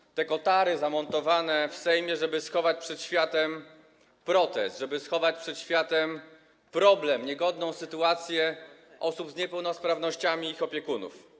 Widać na nim kotary zamontowane w Sejmie, żeby schować przed światem protest, żeby schować przed światem problem, czyli niegodną sytuację osób z niepełnosprawnościami i ich opiekunów.